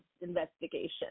investigation